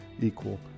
equal